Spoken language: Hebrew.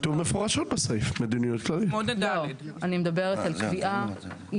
אני מדברת על קביעה,